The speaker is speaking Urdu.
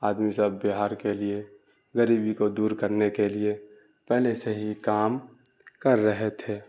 آدمی سب بہار کے لیے غریبی کو دور کرنے کے لیے پہلے سے ہی کام کر رہے تھے